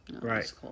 Right